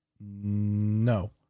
No